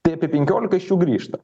tai apie penkiolika iš jų grįžta